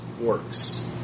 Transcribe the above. works